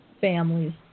families